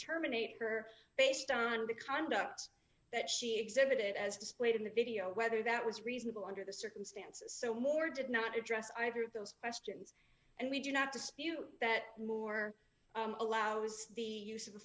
terminate her based on of the conduct that she exhibited as displayed in the video whether that was reasonable under the circumstances so moore did not address either of those questions and we do not dispute that more allows the use of a